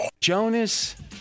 Jonas